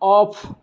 off